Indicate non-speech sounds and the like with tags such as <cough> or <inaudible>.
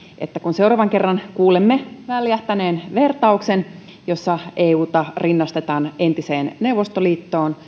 että kun seuraavan kerran kuulemme väljähtäneen vertauksen jossa euta rinnastetaan entiseen neuvostoliittoon <unintelligible>